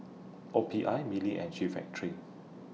O P I Mili and G Factory